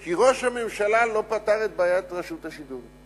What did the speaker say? כי ראש הממשלה לא פתר את בעיית רשות השידור.